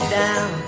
down